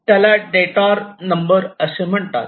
त्याला detour number असे म्हणतात